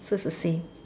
so is the same